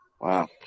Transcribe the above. Wow